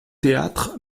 théâtre